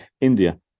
India